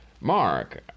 Mark